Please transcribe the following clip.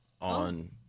on